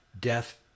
death